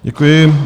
Děkuji.